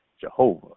Jehovah